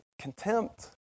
Contempt